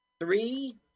Three